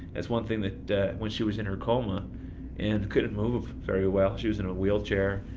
that's one thing that when she was in her coma and couldn't move very well she was in a wheelchair,